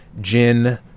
gin